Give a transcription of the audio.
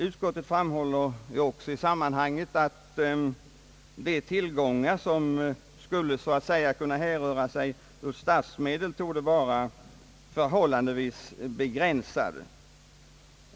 Utskottet framhåller också i sammanhanget att de tillgångar som så att säga härrör ur statsmedel torde vara förhållandevis begränsade.